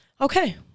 Okay